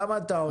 למה אתה עונה?